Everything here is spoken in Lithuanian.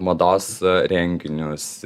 mados renginius